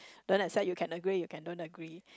don't accept you can agree you can don't agree